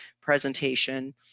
presentation